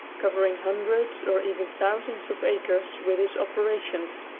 covering hundreds, or even thousands, of acres with his operations.